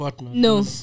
no